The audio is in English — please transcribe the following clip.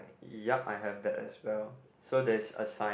yup I have that as well so there's a sign